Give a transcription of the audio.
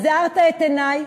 אז הארת את עיני.